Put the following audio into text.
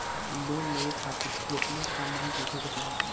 Loan लेवे खातिर केतना कमाई होखे के चाही?